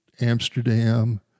Amsterdam